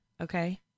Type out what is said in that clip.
Okay